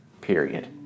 period